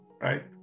right